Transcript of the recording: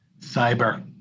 Cyber